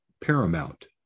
paramount